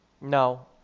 No